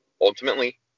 ultimately